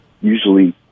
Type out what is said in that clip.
usually